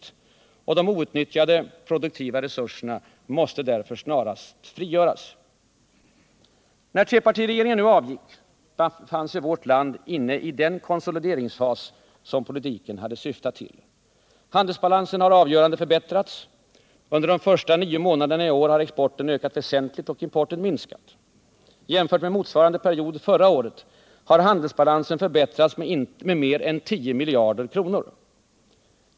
De outnyttjade produktiva resurserna måste därför snarast frigöras. När trepartiregeringen avgick befann sig vårt land inne i den konsolideringsfas som politiken hade syftat till. Handelsbalansen har förbättrats på ett avgörande sätt. Under de första nio månaderna i år har exporten ökat väsentligt och importen minskat. Jämfört med motsvarande period förra året har handelsbalansen förbättrats med mer än tio miljarder kronor.